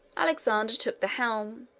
alexander took the helm,